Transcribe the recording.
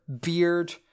beard